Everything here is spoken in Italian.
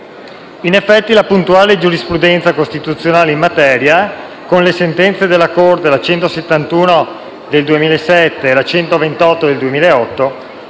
In effetti, la puntuale giurisprudenza costituzionale in materia, con le sentenze della Corte n. 171 del 2007 e n. 128 del 2008,